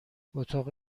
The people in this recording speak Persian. اتاق